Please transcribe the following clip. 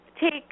take